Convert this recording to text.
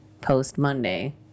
post-Monday